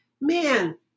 man